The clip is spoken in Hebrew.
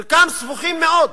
חלקם סבוכים מאוד.